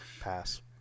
pass